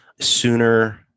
sooner